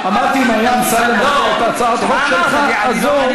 אמרתי: אם היה אמסלם מביא את הצעת החוק שלך הזאת,